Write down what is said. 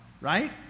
right